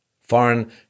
Foreign